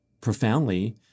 profoundly